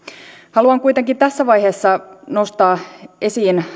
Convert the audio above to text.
haluan kuitenkin tässä vaiheessa nostaa esiin